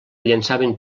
llançaven